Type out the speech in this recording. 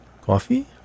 Coffee